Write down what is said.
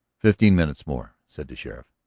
fifteen minutes more, said the sheriff,